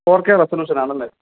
four K റെസലൂഷനാണല്ലേ